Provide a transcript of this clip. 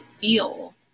feel